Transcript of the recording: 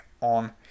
on